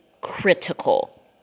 critical